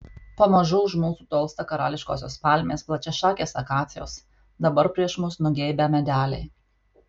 pamažu už mūsų tolsta karališkosios palmės plačiašakės akacijos dabar prieš mus nugeibę medeliai